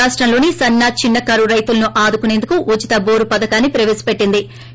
రాష్టంలోని సన్న చిన్న కారు రైతులను ఆదుకునేందుకు ఉచిత్త బోరు పథకాన్ని ప్రవేశపెట్టిందో